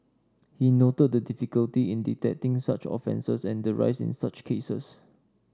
he noted the difficulty in detecting such offences and the rise in such cases